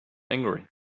angry